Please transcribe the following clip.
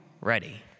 ready